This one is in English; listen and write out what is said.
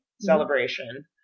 celebration